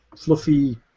fluffy